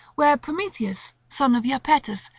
where prometheus, son of iapetus,